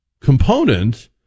component